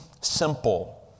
simple